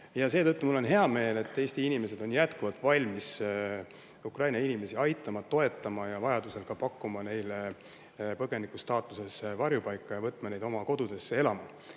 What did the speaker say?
Seetõttu mul on hea meel, et Eesti inimesed on jätkuvalt valmis Ukraina inimesi aitama, toetama ja vajadusel pakkuma neile põgeniku staatuses varjupaika ja võtma neid oma kodudesse elama.